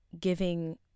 giving